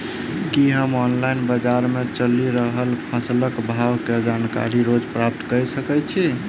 की हम ऑनलाइन, बजार मे चलि रहल फसलक भाव केँ जानकारी रोज प्राप्त कऽ सकैत छी?